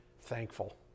thankful